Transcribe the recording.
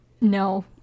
No